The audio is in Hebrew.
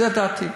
זאת דעתי.